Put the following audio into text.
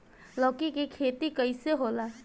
लौकी के खेती कइसे होला?